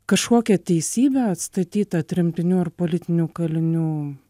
kažkokia teisybė atstatyta tremtinių ir politinių kalinių